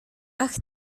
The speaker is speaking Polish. ach